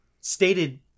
stated